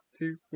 two